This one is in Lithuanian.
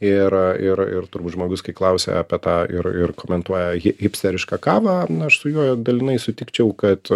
ir ir ir turbūt žmogus kai klausia apie tą ir ir komentuoja hipsterišką kavą aš su juo dalinai sutikčiau kad